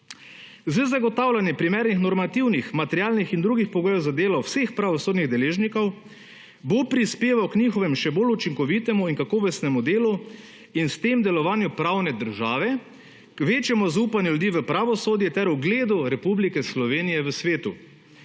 Z zagotavljanjem primernih normativnih, materialnih in drugih pogojev za delo vseh pravosodnih deležnikov bo prispeval k njihovem še bolj učinkovitemu in kakovostnemu delu in s tem delovanju pravne države k večjemu zaupanju ljudi v pravosodje ter ugled Republike Slovenije v svetu.